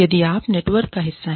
यदि आप एक नेटवर्क का हिस्सा हैं